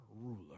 ruler